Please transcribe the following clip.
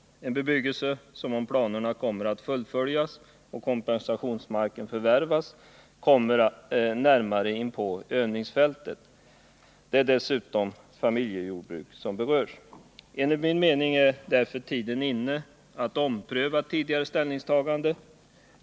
Det gäller en bebyggelse som, om planerna kommer att fullföljas och kompensationsmarken förvärvas, kommer närmare inpå övningsfältet. Det är dessutom familjejordbruk som berörs. Enligt min mening är därför tiden nu inne att ompröva tidigare ställningstagande.